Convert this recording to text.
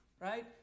right